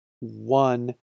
one